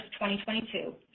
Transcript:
2022